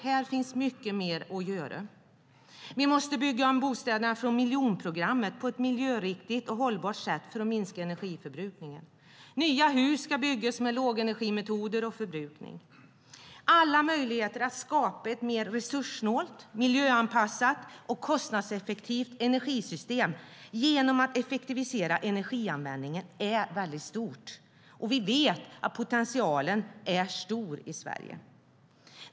Här finns mycket mer att göra. Vi måste bygga om bostäderna från miljonprogrammet på ett miljöriktigt och hållbart sätt för att minska energiförbrukningen. Nya hus ska byggas med lågenergimetoder och lågenergiförbrukning. Alla möjligheter att skapa ett mer resurssnålt, miljöanpassat och kostnadseffektivt energisystem genom att effektivisera energianvändningen är väldigt stora. Vi vet att potentialen är stor i Sverige.